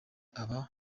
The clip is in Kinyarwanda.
aba